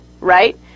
right